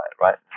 right